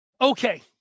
okay